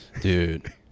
dude